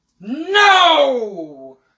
no